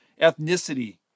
ethnicity